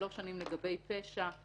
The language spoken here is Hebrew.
שלוש שנים לגבי פשע.